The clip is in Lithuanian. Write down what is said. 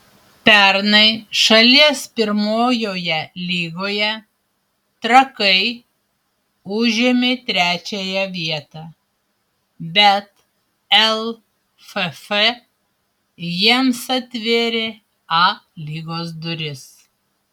pernai šalies pirmojoje lygoje trakai užėmė trečiąją vietą bet lff jiems atvėrė a lygos duris